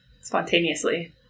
spontaneously